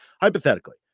hypothetically